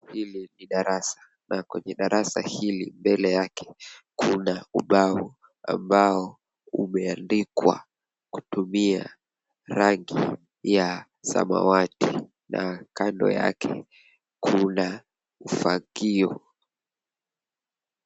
Hili ni darasa na kwenye darasa hili mbele yake kuna ubao ambao umeandikwa kutumia rangi ya samawati na kando yake kuna ufagio.